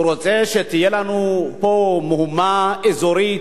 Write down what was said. הוא רוצה שתהיה לנו פה מהומה אזורית,